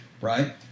right